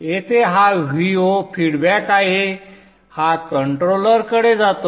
येथे हा Vo feedback आहे हा कंट्रोलरकडे जातो